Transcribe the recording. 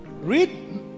read